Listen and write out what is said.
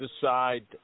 decide